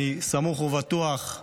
אני סמוך ובטוח,